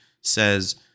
says